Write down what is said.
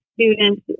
students